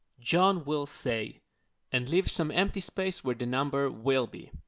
john will say and leave some empty space where the number will be.